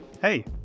Hey